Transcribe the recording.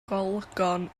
ragolygon